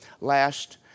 last